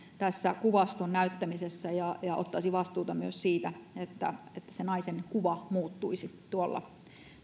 tässä kuvaston näyttämisessä ja ja ottaisi vastuuta myös siitä että se naisen kuva muuttuisi tuolla